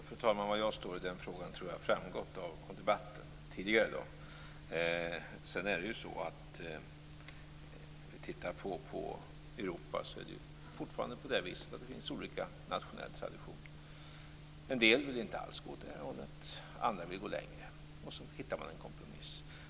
Fru talman! Var jag står i den frågan tror jag har framgått av debatten tidigare i dag. När vi tittar på Europa ser vi att det fortfarande finns olika nationella traditioner. En del vill inte alls gå åt det här hållet. Andra vill gå längre. Sedan hittar man en kompromiss.